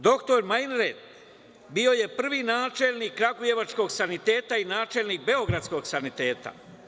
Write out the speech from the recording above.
Doktor Majnert bio je prvi načelnik kragujevačkog saniteta i načelnik beogradskog saniteta.